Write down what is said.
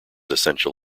essential